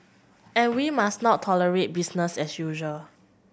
and we must not tolerate business as usual